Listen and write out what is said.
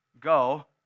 Go